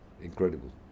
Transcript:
incredible